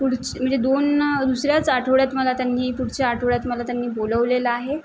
पुढच्या म्हणजे दोन दुसऱ्याच आठवड्यात मला त्यांनी पुढच्या आठवड्यात मला त्यांनी बोलवलेलं आहे